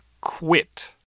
quit